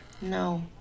No